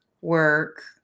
work